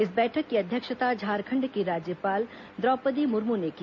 इस बैठक की अध्यक्षता झारखंड की राज्यपाल द्रौपदी मुर्मू ने की